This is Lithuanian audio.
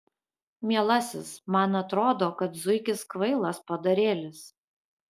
mielasis man atrodo kad zuikis kvailas padarėlis